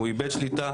הוא איבד שליטה,